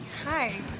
Hi